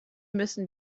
müssen